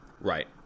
Right